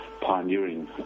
pioneering